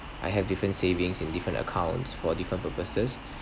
I have different savings in different accounts for different purposes